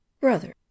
Brother